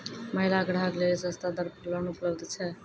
महिला ग्राहक लेली सस्ता दर पर लोन उपलब्ध छै?